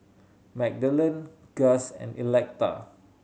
Magdalen Gust and Electa